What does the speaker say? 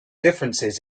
differences